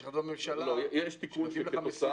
יש החלטות ממשלה שבהן מקצים לך משימות.